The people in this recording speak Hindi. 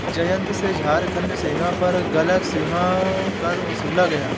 जयंत से झारखंड सीमा पर गलत सीमा कर वसूला गया